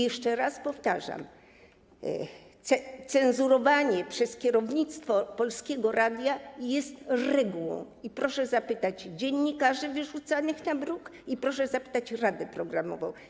Jeszcze raz powtarzam: cenzurowanie przez kierownictwo Polskiego Radia jest regułą, proszę zapytać dziennikarzy wyrzucanych na bruk, proszę zapytać Radę Programową.